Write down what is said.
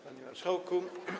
Panie Marszałku!